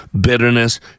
bitterness